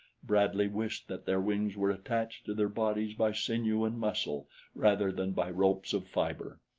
bradley wished that their wings were attached to their bodies by sinew and muscle rather than by ropes of fiber.